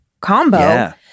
combo